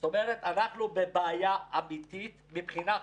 זאת אומרת, אנחנו בבעיה אמיתית מבחינה חוקית.